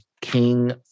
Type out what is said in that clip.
King